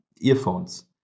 earphones